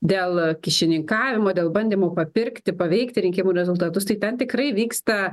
dėl kyšininkavimo dėl bandymų papirkti paveikti rinkimų rezultatus tai ten tikrai vyksta